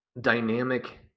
Dynamic